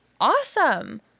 awesome